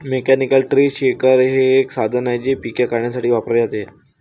mechanical tree shaker हे एक साधन आहे जे पिके काढण्यासाठी वापरले जाते